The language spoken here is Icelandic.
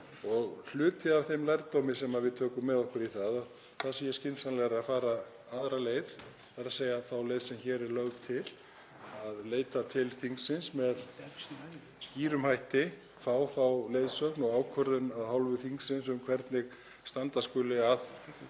og hluti af þeim lærdómi sem við tökum með okkur í það er að það sé skynsamlegra að fara aðra leið, þ.e. þá leið sem hér er lögð til; leita til þingsins með skýrum hætti, fá leiðsögn og ákvörðun af hálfu þingsins um hvernig standa skuli að